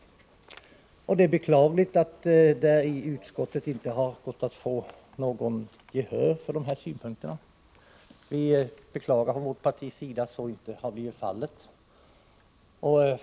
Onsdagen den Det är beklagligt att det i utskottet inte gått att få gehör för dessa 22 maj 1985 synpunkter.